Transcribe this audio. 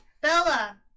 Bella